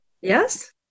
Yes